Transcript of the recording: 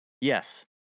Yes